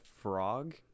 frog